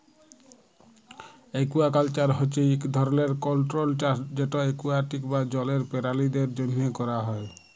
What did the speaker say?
aquaculture হছে ইক ধরলের কল্ট্রোল্ড চাষ যেট একুয়াটিক বা জলের পেরালিদের জ্যনহে ক্যরা হ্যয়